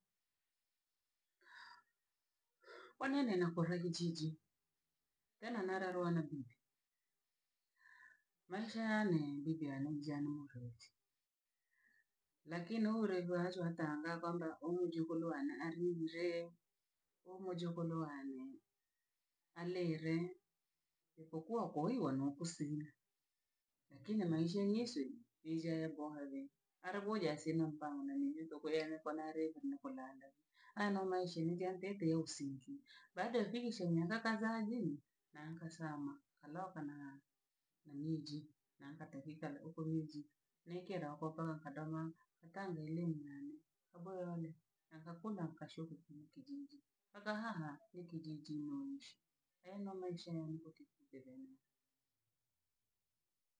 Kwa nini nakure kijiji? Tena narerewa na biibi? Maisha yaane na bibi yaane mjane mruti, lakini ulevi wa aswa ataang'a kwamba uhu mujikulu alinimuzee, umujukulu wane, alire, japokua kowiwa nokusirii, lakini maisha yiiswi yaaja yaboha vii, are gorya sina mpango na niini tokoyenekwa nalelo mkwilanda, aya no maisha naaja nitite na usingizi. Baade yoo fikisha miaka kadhaa jii, na nkasama nkaloka na- namiiji na nketo kiikala na uko miji, ni kila ukouko nkadoma nakangi lili nanii, kaboa wane, na nkakula nkashiba ku kijiji, mpaka haha ni kijijini nu- niishi, ayo no meisha yane no niko kijijini.